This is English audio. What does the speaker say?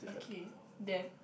okay then